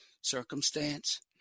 circumstance